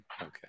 Okay